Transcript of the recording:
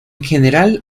general